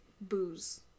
Booze